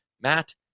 Matt